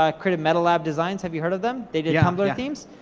um creative metal lab designs, have you heard of them? they did combo themes.